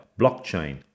blockchain